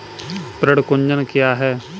पर्ण कुंचन क्या है?